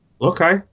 Okay